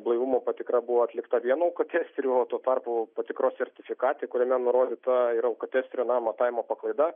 blaivumo patikra buvo atlikta vienu alkotesteriu o tuo tarp patikros sertifikate kuriame nurodyta ir alkotesterio matavimo paklaida